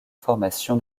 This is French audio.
formation